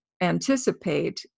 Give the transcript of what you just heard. anticipate